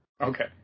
Okay